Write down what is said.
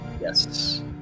Yes